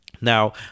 Now